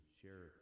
share